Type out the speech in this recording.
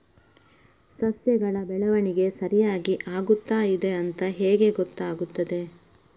ಸಸ್ಯಗಳ ಬೆಳವಣಿಗೆ ಸರಿಯಾಗಿ ಆಗುತ್ತಾ ಇದೆ ಅಂತ ಹೇಗೆ ಗೊತ್ತಾಗುತ್ತದೆ?